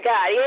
God